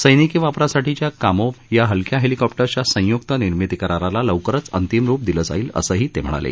सैनिकी वापरासाठीच्या कामोव्ह या हलक्या हेलिकॉप्टर्सच्या संयुक्त निर्मिती कराराला लवकरच अंतिम रूप दिलं जाईल असंही ते म्हणाले